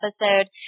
episode